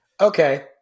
Okay